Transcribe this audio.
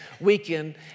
weekend